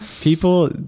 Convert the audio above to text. People